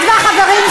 את והחברים שלך.